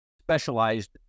specialized